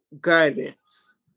Guidance